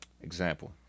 Example